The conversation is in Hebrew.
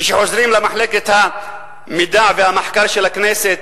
כשחוזרים למחלקת המחקר והמידע של הכנסת,